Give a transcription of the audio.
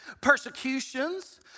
Persecutions